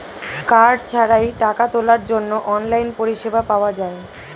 card ছাড়াই টাকা তোলার জন্য অনলাইন পরিষেবা পাওয়া যায়